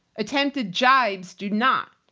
attempted jibes do not.